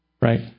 right